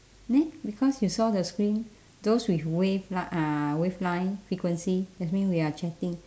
neh because you saw the screen those with wave li~ uh wave line frequency that's mean we are chatting